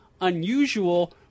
unusual